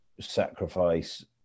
sacrifice